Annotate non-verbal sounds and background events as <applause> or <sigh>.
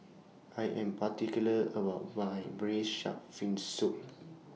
<noise> I Am particular about My Braised Shark Fin Soup